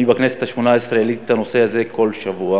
אני העליתי בכנסת השמונה-עשרה את הנושא הזה כל שבוע.